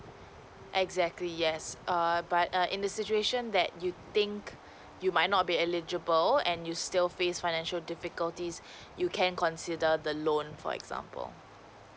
exactly yes err but err in the situation that you think you might not be eligible and you still face financial difficulties you can consider the loan for example